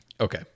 Okay